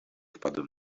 wpadłem